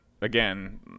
again